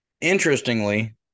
Interestingly